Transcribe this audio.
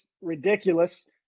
ridiculous